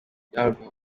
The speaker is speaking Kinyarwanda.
umuntu